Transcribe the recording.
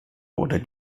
oder